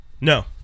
No